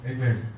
Amen